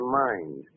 mind